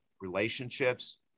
relationships